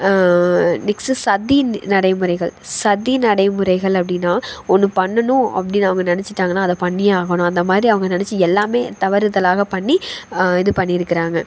next சதி நடைமுறைகள் சதி நடைமுறைகள் அப்படின்னா ஒன்று பண்ணணும் அப்படின்னு அவங்க நினச்சிட்டாங்கன்னா அதை பண்ணியே ஆகணும் அந்த மாதிரி அவங்க நினச்சி எல்லாமே தவறுதலாக பண்ணி இது பண்ணியிருக்கறாங்க